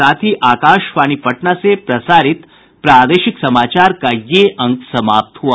इसके साथ ही आकाशवाणी पटना से प्रसारित प्रादेशिक समाचार का ये अंक समाप्त हुआ